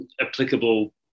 applicable